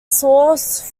sauce